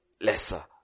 lesser